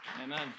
Amen